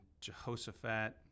Jehoshaphat